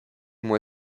moi